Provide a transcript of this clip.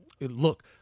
look